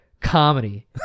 comedy